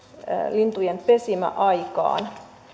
lintujen pesimäaikaan